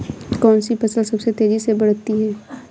कौनसी फसल सबसे तेज़ी से बढ़ती है?